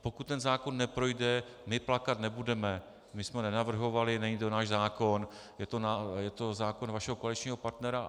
Pokud ten zákon neprojde, my plakat nebudeme, my jsme ho nenavrhovali, není to náš zákon, je to zákon vašeho koaličního partnera.